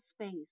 space